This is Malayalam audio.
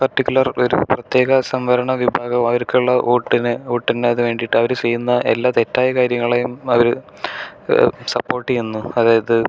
പർട്ടിക്കുലർ ഒരു പ്രത്യേക സംവരണ വിഭാഗം അവർക്കുള്ള വോട്ടിനെ വോട്ടിനത് വേണ്ടിട്ട് അവര് ചെയ്യുന്ന എല്ലാ തെറ്റായ കാര്യങ്ങളെയും അവര് സപ്പോർട്ട് ചെയ്യുന്നു അതായത്